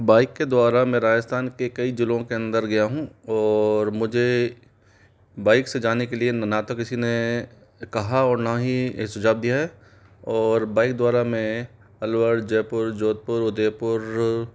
bike के द्वारा में राजस्थान के कई जिलों के अंदर गया हूँ और मुझे बाइक से जाने के लिए न तो किसी ने कहा और न ही सुझाव दिया है और बाइक द्वारा में अलवर जयपुर जोधपुर उदयपुर